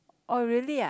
oh really ah